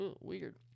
Weird